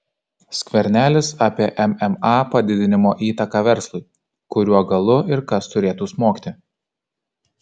skvernelis apie mma padidinimo įtaką verslui kuriuo galu ir kas turėtų smogti